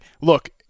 look –